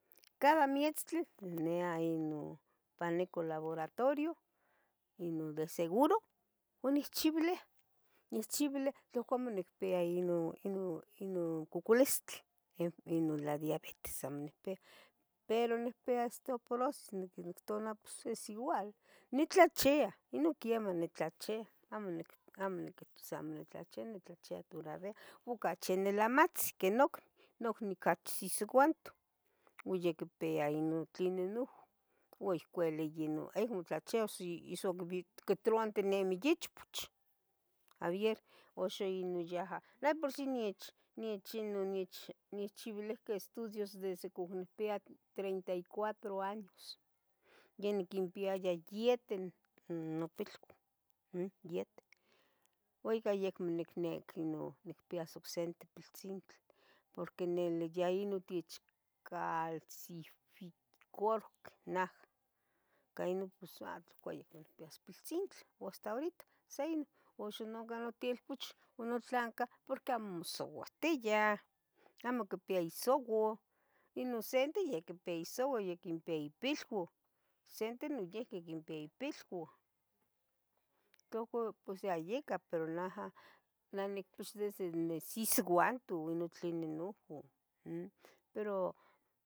Cada mietztli niah inon pani cu laboratorio inon de seguro uan nechchibiliah, nechchibilia tlaohcon amo nicpia inon inon inon coculistli inon la diabetis amo niscpia, pero nicpia osteporosis noqui nictua no pos es igual, nitlachia inon quemah nitlachia amo nic amo niquihtos amo nitlachi, nictlachia toravia ocachi nilmatzi que nocniu, nocniu ocachi sisiuantoh ua yeh quipia inon tlenih nohu ua yeh cuali yeh inon acmo tlachia, quetruanintinimia ichpoch, abier uxan yih no yaha, neh de por si onech nich nechchibiliqueh estudios desde como cipia treinta y cuatro años ya niquinpiaya iete no- nopilua umm iete ua ya acmo nicniqui no nicpias ocsente piltzintli porque nili ya inon otichcalsificarohqueh naha ica inon pos a tla ohcon acmo nicpias piltzintla hasta horita sa inon Uxu ohcan notelpoch onotlancah porque amo mosiuahtia amo quipia isouau inon sente ya quipia isouau, ya quipia ipilua no sente noiuqui ya quipia ipilua Tla hocon pos yayecah pero naha neh nicpix desde nisisiuanto de tlini nuhu, umm, pero